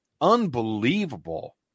unbelievable